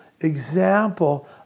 example